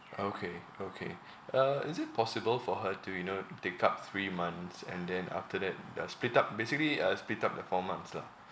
okay okay uh is it possible for her to you know take up three months and then after that uh split up basically uh split up the four months lah